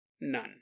None